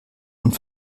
und